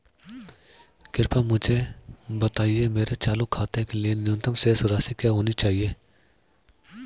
कृपया मुझे बताएं मेरे चालू खाते के लिए न्यूनतम शेष राशि क्या होनी चाहिए?